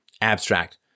abstract